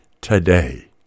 today